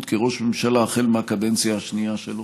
כראש הממשלה החל בקדנציה השנייה שלו.